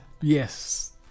Yes